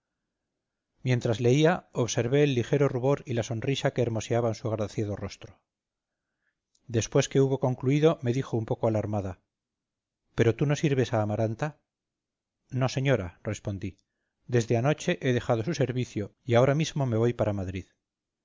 mientras leía observé el ligero rubor y la sonrisa que hermoseaban su agraciado rostro después que hubo concluido me dijo un poco alarmada pero tú no sirves a amaranta no señora respondí desde anoche he dejado su servicio y ahora mismo me voy para madrid